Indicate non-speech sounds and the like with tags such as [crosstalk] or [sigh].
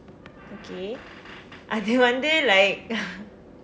okay அது வந்து:athu vandthu like [laughs]